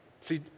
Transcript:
See